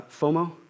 FOMO